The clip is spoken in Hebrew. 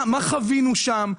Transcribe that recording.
מה חווינו שם,